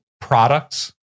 products